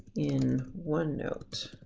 in onenote,